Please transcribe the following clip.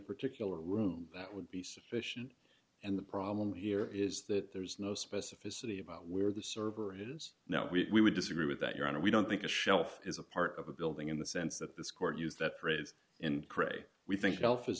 particular room that would be sufficient and the problem here is that there is no specificity about where the server is now we would disagree with that your honor we don't think a shelf is a part of a building in the sense that this court used that phrase in cray we think elf is